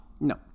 No